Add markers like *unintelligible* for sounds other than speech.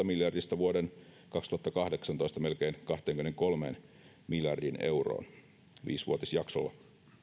*unintelligible* miljardista vuoden kaksituhattakahdeksantoista melkein kahteenkymmeneenkolmeen miljardiin euroon viisivuotisjaksolla